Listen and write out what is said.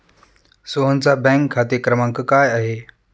सोहनचा बँक खाते क्रमांक काय आहे?